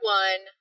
one